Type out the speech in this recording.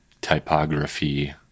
typography